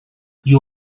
you